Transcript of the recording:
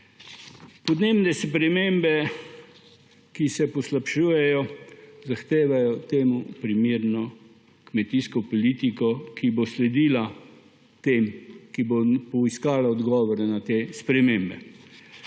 Podnebne spremembe, ki se poslabšujejo, zahtevajo temu primerno kmetijsko politiko, ki bo temu sledila in iskala odgovore na te spremembe.